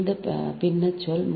இது பின்னச் சொல்